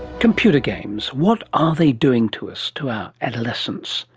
computer games. what are they doing to us, to our adolescents?